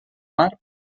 mar